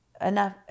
enough